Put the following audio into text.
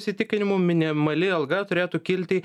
įsitikinimu minimali alga turėtų kilti